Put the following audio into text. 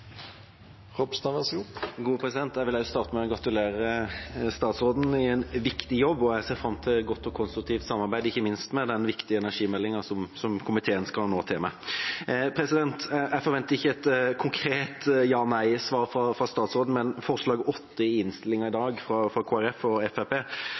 Jeg vil også starte med å gratulere statsråden med en viktig jobb, og jeg ser fram til godt og konstruktivt samarbeid, ikke minst om den viktige energimeldinga som komiteen nå skal til med. Jeg forventer ikke et konkret ja/nei-svar fra statsråden, men forslag nr. 8 i innstillinga i